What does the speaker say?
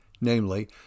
namely